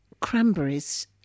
Cranberries